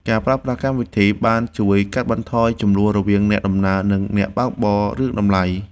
ការប្រើប្រាស់កម្មវិធី បានជួយកាត់បន្ថយជម្លោះរវាងអ្នកដំណើរ និងអ្នកបើកបររឿងតម្លៃ។